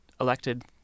elected